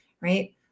Right